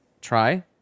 try